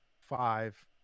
five